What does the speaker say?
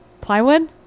plywood